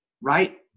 right